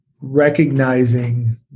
recognizing